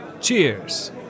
Cheers